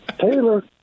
Taylor